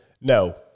no